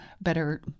better